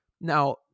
now